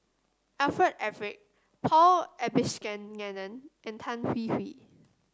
Alfred Eric Paul Abisheganaden and Tan Hwee Hwee